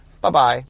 Bye-bye